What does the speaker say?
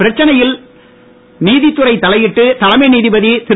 பிரச்சனையில் நீதித்துறை தலையிட்டு தலைமை நீதிபதி திரு